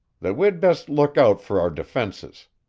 that we'd best look out for our defenses.